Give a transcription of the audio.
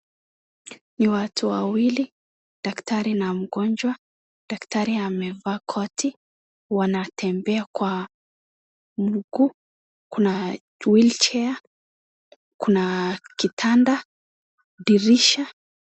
Ni watu wawili, daktari na mgonjwa daktari amevaa koti wanatembea kwa mguu kuna wheel chair kuna kitanda dirisha.